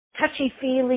touchy-feely